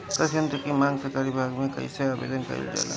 कृषि यत्र की मांग सरकरी विभाग में कइसे आवेदन कइल जाला?